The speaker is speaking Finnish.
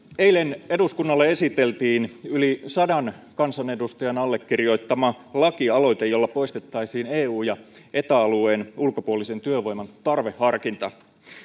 eilen eduskunnalle esiteltiin yli sadan kansanedustajan allekirjoittama lakialoite jolla poistettaisiin eu ja eta alueen ulkopuolisen työvoiman tarveharkinta